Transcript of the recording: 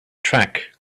track